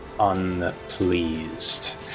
unpleased